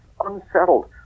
unsettled